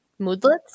moodlets